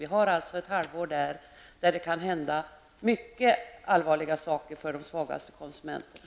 Under ett halvår kan det alltså hända mycket allvarliga saker med tanke på de svagaste konsumenterna.